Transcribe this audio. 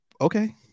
Okay